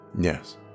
Yes